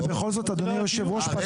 ובכל זאת אדוני היושב-ראש פתח